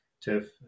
Tiff